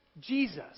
Jesus